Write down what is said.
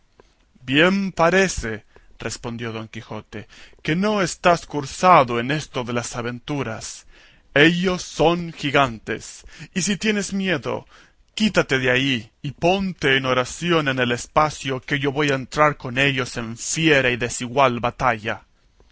bien parece respondió don quijote que no estás cursado en esto de las aventuras ellos son gigantes y si tienes miedo quítate de ahí y ponte en oración en el espacio que yo voy a entrar con ellos en fiera y desigual batalla